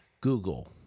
Google